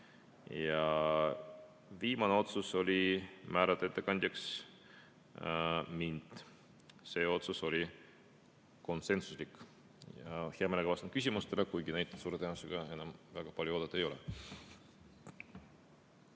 Ja viimane otsus oli määrata ettekandjaks mind, see otsus oli konsensuslik. Hea meelega vastan küsimustele, neid küll suure tõenäosusega enam väga palju oodata ei ole.